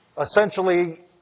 essentially